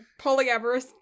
polyamorous